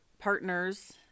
partners